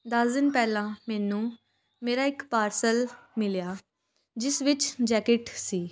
ਦਸ ਦਿਨ ਪਹਿਲਾਂ ਮੈਨੂੰ ਮੇਰਾ ਇੱਕ ਪਾਰਸਲ ਮਿਲਿਆ ਜਿਸ ਵਿੱਚ ਜੈਕਿਟ ਸੀ